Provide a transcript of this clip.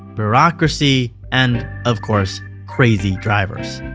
bureaucracy and of course crazy drivers.